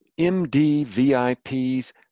MDVIP's